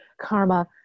karma